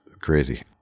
crazy